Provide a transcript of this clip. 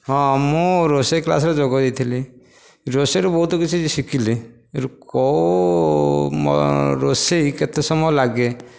ହଁ ମୁଁ ରୋଷେଇ କ୍ଲାସ୍ରେ ଯୋଗ ଦେଇଥିଲି ରୋଷେଇରୁ ବହୁତ କିଛି ଶିଖିଲି କେଉଁ ରୋଷେଇ କେତେ ସମୟ ଲାଗେ